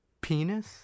Penis